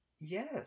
Yes